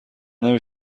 نمی